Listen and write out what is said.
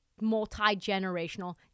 multi-generational